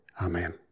Amen